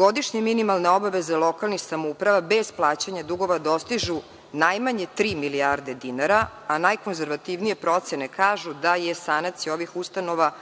Godišnje minimalne obaveze lokalnih samouprava bez plaćanja dugova dostižu najmanje tri milijarde dinara, a najkonzervativnije procene kažu da je sanacija ovih ustanova